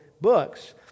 books